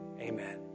Amen